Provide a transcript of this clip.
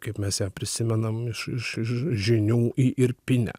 kaip mes ją prisimenam iš iš iš žinių i irpinę